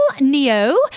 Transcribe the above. Neo